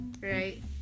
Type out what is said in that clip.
right